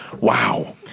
Wow